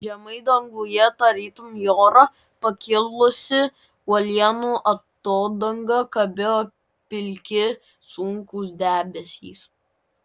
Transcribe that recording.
žemai danguje tarytum į orą pakilusi uolienų atodanga kabėjo pilki sunkūs debesys